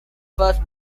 first